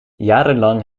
jarenlang